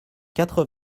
quatre